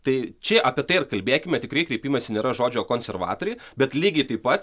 tai čia apie tai ir kalbėkime tikri kreipimesi nėra žodžio konservatoriai bet lygiai taip pat